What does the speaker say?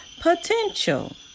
potential